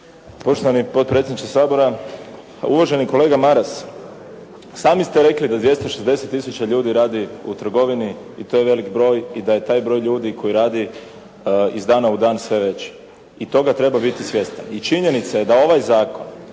Poštovani potpredsjedniče Sabora. Uvaženi kolega Maras, sami ste rekli da 260 tisuća ljudi radi u trgovini i to je velik broj i da je taj broj ljudi koji radi, iz dana u dan sve veći i toga treba biti svjestan. I činjenica je da ovaj zakon